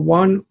one